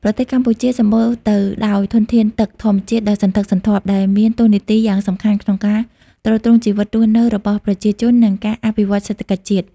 ប្រទេសកម្ពុជាសម្បូរទៅដោយធនធានទឹកធម្មជាតិដ៏សន្ធឹកសន្ធាប់ ដែលមានតួនាទីយ៉ាងសំខាន់ក្នុងការទ្រទ្រង់ជីវិតរស់នៅរបស់ប្រជាជន និងការអភិវឌ្ឍសេដ្ឋកិច្ចជាតិ។